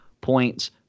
points